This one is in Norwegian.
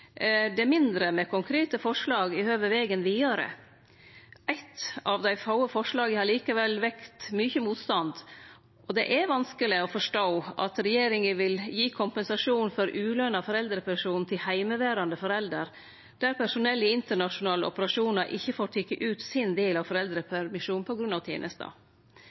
Det er mindre med konkrete forslag i høve vegen vidare. Eitt av dei få forslaga har likevel vekt mykje motstand, og det er vanskeleg å forstå at regjeringa vil gi kompensasjon for ulønt foreldrepensjon til heimeverande forelder der personell i internasjonale operasjonar ikkje får teke ut sin del av foreldrepermisjonen på grunn av tenesta.